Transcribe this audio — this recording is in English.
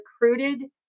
recruited